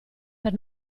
per